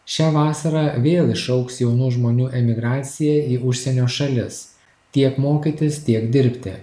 šią vasarą vėl išaugs jaunų žmonių emigracija į užsienio šalis tiek mokytis tiek dirbti